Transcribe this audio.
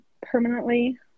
permanently